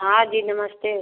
हाँ जी नमस्ते